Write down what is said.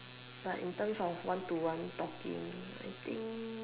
but in terms of one to one talking I think